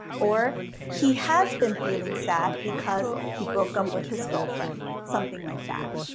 or he has been feeling sad because he broke up with his girlfriend something like that.